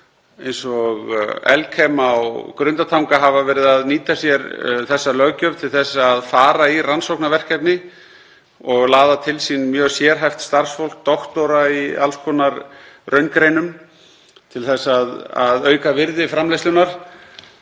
eins og Elkem á Grundartanga hafa verið að nýta sér þessa löggjöf til þess að fara í rannsóknarverkefni og laða til sín mjög sérhæft starfsfólk, doktora í alls konar raungreinum, til að auka virði framleiðslunnar.